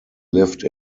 lived